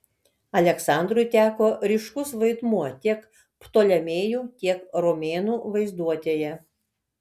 aleksandrui teko ryškus vaidmuo tiek ptolemėjų tiek romėnų vaizduotėje